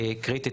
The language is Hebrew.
היא קריטית,